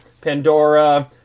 Pandora